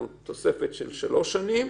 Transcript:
שוטר הקשורה למילוי תפקידו לפי סעיף 273